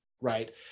right